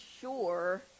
sure